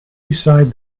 beside